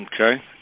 Okay